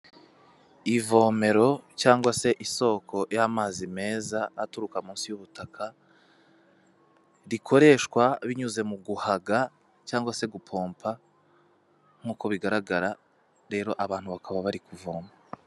Ivomero cyangwa se isoko y'amazi meza aturuka munsi y'ubutaka, rikoreshwa binyuze mu guhaga cyangwa se gupompa nkuko bigaragara, rero abantu bakaba bari kuvoma.